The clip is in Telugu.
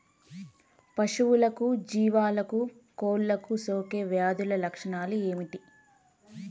పశువులకు జీవాలకు కోళ్ళకు సోకే వ్యాధుల లక్షణాలు ఏమిటి?